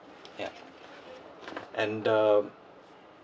yup and the